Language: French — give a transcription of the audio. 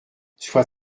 sois